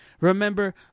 Remember